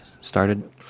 started